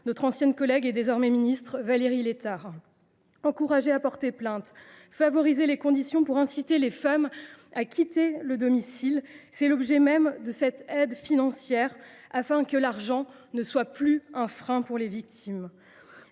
notre ancienne collègue et désormais ministre, Valérie Létard. Encourager à porter plainte, mettre en place les conditions pour inciter les femmes à quitter le domicile, tel est l’objet même de cette aide financière. L’argent ne doit plus être un frein pour les victimes.